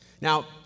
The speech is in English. Now